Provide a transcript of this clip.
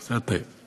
קצת עייף.